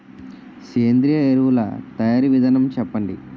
సేంద్రీయ ఎరువుల తయారీ విధానం చెప్పండి?